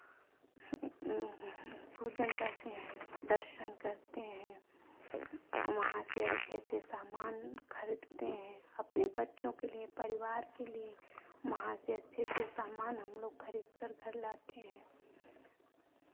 पूजन करते हैं दर्शन करते हैं वहां से अच्छे अच्छे सामान खरीदते हैं अपने बच्चों के लिये परिवार के लिये वहां से अच्छे अच्छे सामान हमलोग खरीद कर घर लाते हैं